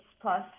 plus